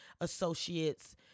associates